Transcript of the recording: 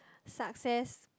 success